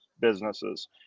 businesses